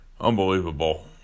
unbelievable